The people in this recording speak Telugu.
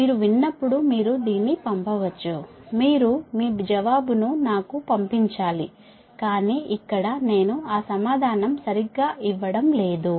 మీరు విన్నప్పుడు మీరు దీన్ని పంపవచ్చు మీరు మీ జవాబును నాకు పంపించాలి కాని ఇక్కడ నేను ఆ సమాధానం సరిగ్గా ఇవ్వడం లేదు